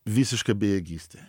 visiška bejėgystė